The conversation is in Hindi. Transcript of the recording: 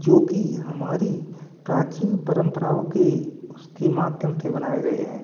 जो कि हमारी प्राचीन परंपराओं के उसके माध्यम से बनाये गए हैं